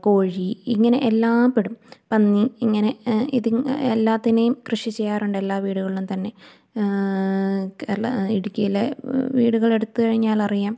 കോഴി ഇങ്ങനെ എല്ലാംപ്പെടും പന്നി ഇങ്ങനെ ഇതിങ്ങ എല്ലാത്തിനേയും കൃഷി ചെയ്യാറുണ്ട് എല്ലാ വീടുകളിലും തന്നെ കേരള ഇടുക്കിയിലെ വീടുകളെടുത്ത് കഴിഞ്ഞാൽ അറിയാം